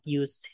use